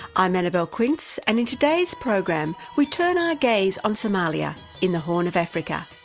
i'm annabelle quince and in today's program we turn our gaze on somalia in the horn of africa.